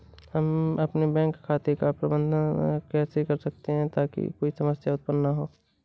हम अपने बैंक खाते का प्रबंधन कैसे कर सकते हैं ताकि कोई समस्या उत्पन्न न हो?